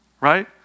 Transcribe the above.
right